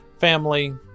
family